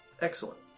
Excellent